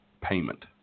payment